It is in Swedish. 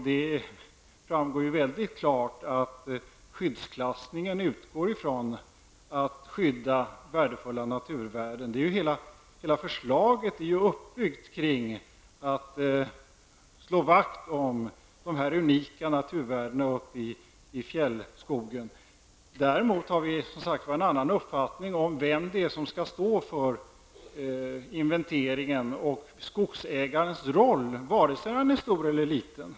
Det framgår ju väldigt klart att skyddsklassningen utgår från att värdefulla naturvärden skall skyddas. Hela förslaget är ju uppbyggt kring att vi skall slå vakt om de unika naturvärdena uppe i fjällskogen. Däremot har vi som sagt en annan uppfattning om vem det är som skall stå för inventeringen och i fråga om skogsägarens roll, vare sig han är stor eller liten.